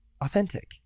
authentic